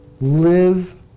Live